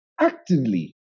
actively